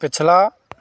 पिछला